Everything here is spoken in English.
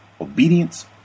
obedience